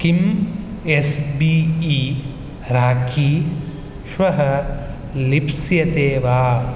किम् S B I rakhi श्वः लिप्स्यते वा